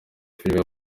filime